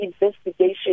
investigation